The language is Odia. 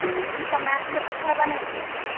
ହଁ ତମେ ଆସିଲେ କଥା ହେବାନାହିଁ କି